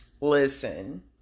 Listen